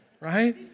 right